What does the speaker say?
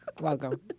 welcome